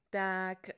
tak